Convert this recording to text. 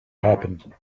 happen